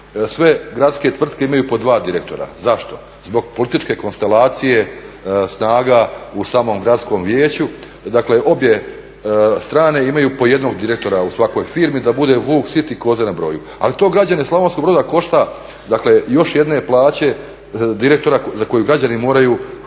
sve gradske tvrtke imaju po dva direktora. Zašto? Zbog političke konstelacije snaga u samom gradskom vijeću, dakle obje strane imaju po jednog direktora u svakoj firmi da bude vuk sit i koze na broju. Ali to građane Slavonskog Broda košta još jedne plaće direktora za koju građani moraju